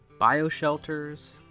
Bioshelters